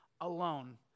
alone